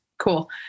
Cool